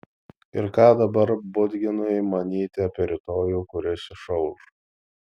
ir ką dabar budginui manyti apie rytojų kuris išauš